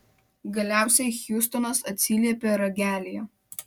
galiausiai hjustonas atsiliepė ragelyje